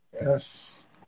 Yes